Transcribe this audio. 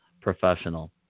professional